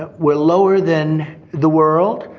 ah were lower than the world,